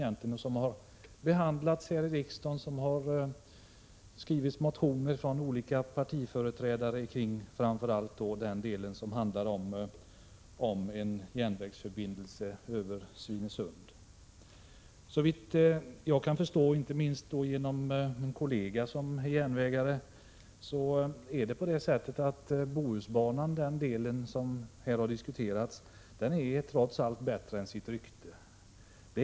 Under denna tid har företrädare för olika partier bl.a. väckt motioner om Bohusbanan, framför allt om den del som har att göra med en eventuell järnvägsförbindelse över Svinesund. Såvitt jag förstår — inte minst genom upplysningar som jag fått av en kollega, som är järnvägare — är den del av Bohusbanan som här har diskuterats trots allt bättre än sitt rykte.